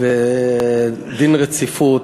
בהחלת דין רציפות,